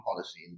policy